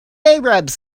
arabs